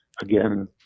again